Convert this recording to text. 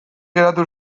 geratu